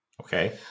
Okay